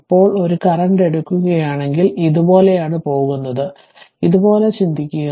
ഇപ്പോൾ ഒരു കറന്റ് എടുക്കുകയാണെങ്കിൽ ഇതുപോലെയാണ് പോകുന്നത് ഇതുപോലെ ചിന്തിക്കുക